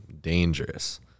dangerous